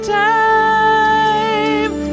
time